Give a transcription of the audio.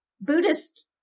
Buddhist